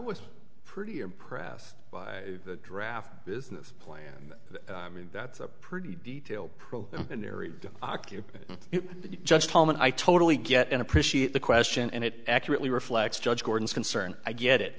was pretty impressed by the draft business plan i mean that's a pretty occupied just home and i totally get and appreciate the question and it accurately reflects judge gordon's concern i get it